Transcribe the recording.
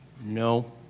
No